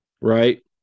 Right